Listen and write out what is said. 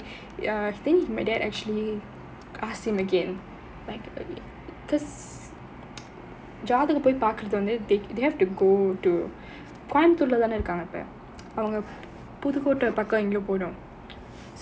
ya I think my dad actually asked him again like because ஜாதகம் போய் பார்க்குறது வந்து:jaathakam poyi paarkurathukku vanthu they have to go to கோயம்புத்தூர்ல தானே இருகாங்க இப்போ புதுக்கோட்டை பக்கம் எங்கயோ போனும்:coimbatorela thaanae irukkaanga ippo puthukottai pakkam engayo ponum